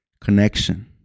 connection